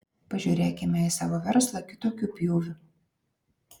pažiūrėkime į savo verslą kitokiu pjūviu